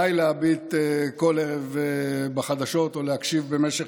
די להביט כל ערב בחדשות או להקשיב במשך